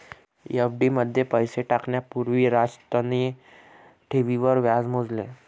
FD मध्ये पैसे टाकण्या पूर्वी राजतने ठेवींवर व्याज मोजले